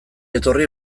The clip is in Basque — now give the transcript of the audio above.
etorri